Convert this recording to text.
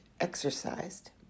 exercised